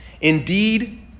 Indeed